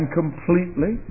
completely